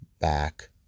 back